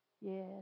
yes